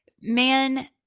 Man